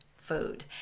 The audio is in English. Food